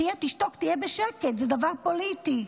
תשתוק, תהיה בשקט, זה דבר פוליטי.